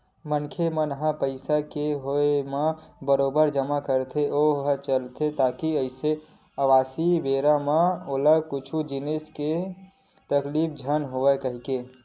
मनखे मन ह पइसा के होय म बरोबर जमा करत होय चलथे ताकि अवइया बेरा म ओला कुछु जिनिस के तकलीफ झन होवय कहिके